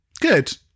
Good